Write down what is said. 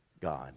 God